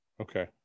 Okay